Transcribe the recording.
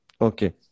Okay